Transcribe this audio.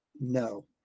No